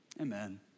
amen